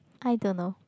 I don't know